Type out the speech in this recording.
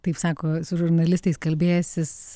taip sako su žurnalistais kalbėjęsis